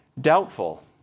doubtful